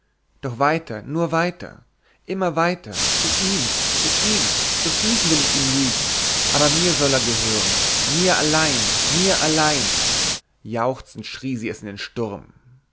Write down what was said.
doch weiter nur weiter immer weiter zu ihm zu ihm zu füßen will ich ihm liegen aber mir soll er gehören mir allein mir allein jauchzend schrie sie es in den sturm